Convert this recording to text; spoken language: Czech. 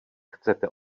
chcete